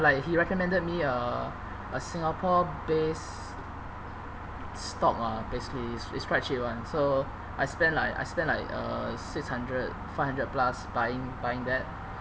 like he recommended me a a singapore based stock ah basically it's it's quite cheap [one] so I spend like I spend like uh six hundred five hundred plus buying buying that